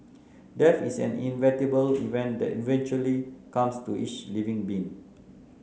death is an inevitable event that eventually comes to each living being